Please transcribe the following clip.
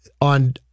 on